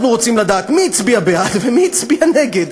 אנחנו רוצים לדעת מי הצביע בעד ומי הצביע נגד.